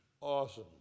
awesome